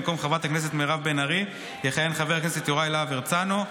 במקום חברת הכנסת מירב בן ארי יכהן חבר הכנסת יוראי להב הרצנו.